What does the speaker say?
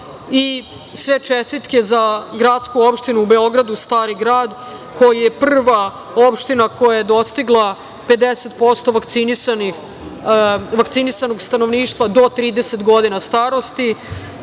čestitke za gradsku opštinu u Beogradu Stari Grad koja je prava opština koja je dostigla 50% vakcinisanog stanovništva do 30 godina starosti. Mi